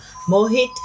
Mohit